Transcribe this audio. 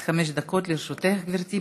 עד חמש דקות לרשותך, גברתי.